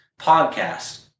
podcast